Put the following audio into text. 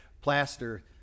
plaster